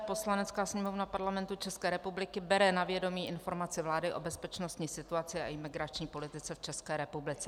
Poslanecká sněmovna Parlamentu České republiky bere na vědomí Iinformaci vlády o bezpečnostní situaci a imigrační politice v České republice.